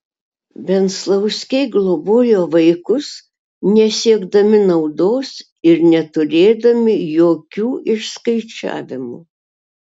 venclauskiai globojo vaikus nesiekdami naudos ir neturėdami jokių išskaičiavimų